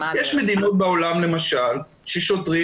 יש מדינות בעולם למשל ששוטרים